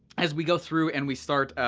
as we go through and we start,